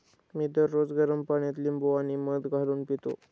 मी दररोज गरम पाण्यात लिंबू आणि मध घालून पितो